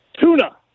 Tuna